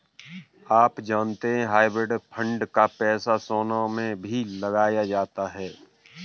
आप जानते है हाइब्रिड फंड का पैसा सोना में भी लगाया जाता है?